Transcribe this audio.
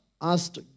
asked